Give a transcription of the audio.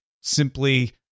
simply